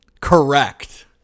correct